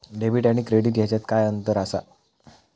Debit आणि credit ह्याच्यात काय अंतर असा?